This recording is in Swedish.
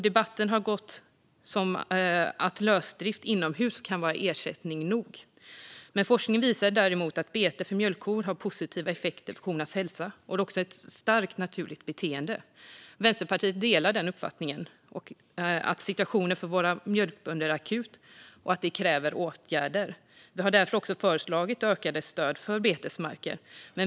Debatten har gått åt det hållet att lösdrift inomhus kan vara ersättning nog, medan forskningen visar att bete för mjölkkor har positiva effekter på kornas hälsa, och det är också ett starkt naturligt beteende. Vänsterpartiet delar uppfattningen att situationen för våra mjölkbönder är akut och kräver åtgärder. Vi har därför också föreslagit att öka stödet för betesmarker.